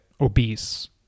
obese